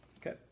Okay